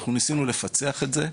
אנחנו ניסינו לפצח את זה,